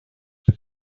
what